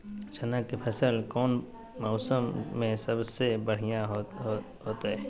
चना के फसल कौन मौसम में सबसे बढ़िया होतय?